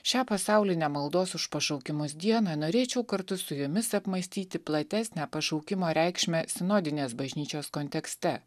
šią pasaulinę maldos už pašaukimus dieną norėčiau kartu su jumis apmąstyti platesnę pašaukimo reikšmę sinodinės bažnyčios kontekste